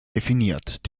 definiert